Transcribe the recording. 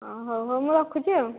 ହଁ ହଉ ହଉ ମୁଁ ରଖୁଛି ଆଉ